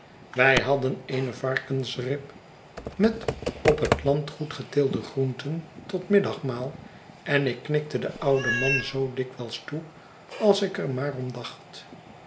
wij hidden eene varkensrib met op het landgoed geteelde groenten tot middagmaal en ik knikte den ouden man zoo dikwijls toe als ik er maar